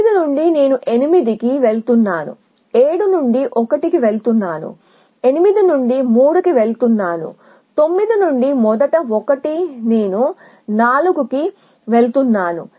6 నుండి నేను 8 కి వెళుతున్నాను 7 నుండి 1 కి వెళుతున్నాను 8 నుండి 3 కి వెళుతున్నాను 9 నుండి మొదటి 1 నేను 4 కి వెళుతున్నాను